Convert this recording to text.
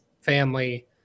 family